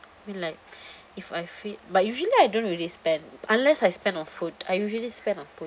mean like if I feel but usually I don't really spend unless I spend on food I usually spend on food